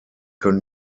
können